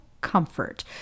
comfort